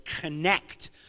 connect